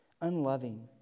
Unloving